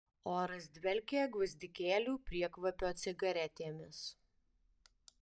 oras dvelkė gvazdikėlių priekvapio cigaretėmis